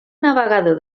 navegador